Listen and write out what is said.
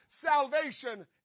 salvation